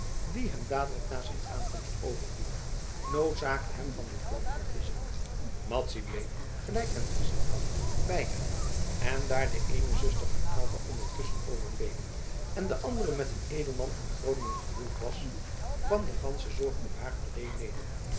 die hem dadelijk na zijn aankomst overviel noodzaakte hem van dit plan af te zien madzy bleef gelijk men gissen kan bij hem en daar de eene zuster van aylva ondertusschen overleden en de andere met een edelman in groningen gehuwd was kwam de gansche zorg op haar alleen neder